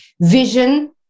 vision